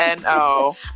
no